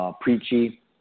Preachy